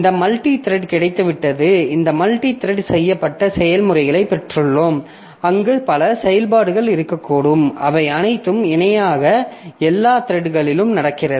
இந்த மல்டித்ரெட் கிடைத்துவிட்டது இந்த மல்டித்ரெட் செய்யப்பட்ட செயல்முறைகளை பெற்றுள்ளோம் அங்கு பல செயல்பாடுகள் இருக்கக்கூடும் அவை அனைத்தும் இணையாக எல்லா த்ரெட்களிலும் நடக்கிறது